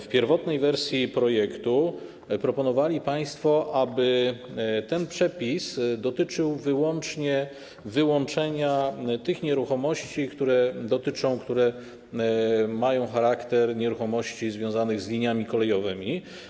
W pierwotnej wersji projektu proponowali państwo, aby ten przepis dotyczył wyłączenia tych nieruchomości, które mają charakter nieruchomości związanych z liniami kolejowymi.